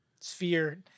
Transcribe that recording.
Sphere